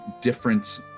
different